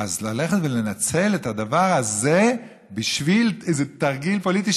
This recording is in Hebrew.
אז ללכת ולנצל את הדבר הזה בשביל איזה תרגיל פוליטי,